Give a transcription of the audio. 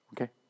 okay